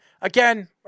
again